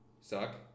suck